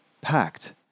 packed